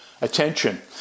attention